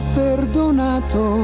perdonato